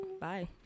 Bye